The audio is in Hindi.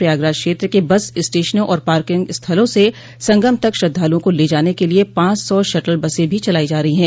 प्रयागराज क्षेत्र के बस स्टेशनों और पार्किंग स्थलों से संगम तक श्रद्धालुओं को ले जाने के लिये पांच सौ शटल बसें भी चलाई जा रही हैं